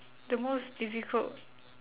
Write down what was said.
the most difficult